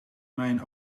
mijn